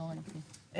לא ראיתי.